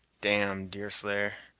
damme, deerslayer,